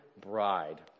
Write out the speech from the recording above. bride